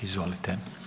Izvolite.